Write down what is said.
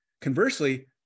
Conversely